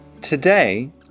today